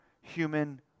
human